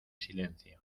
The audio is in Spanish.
silencio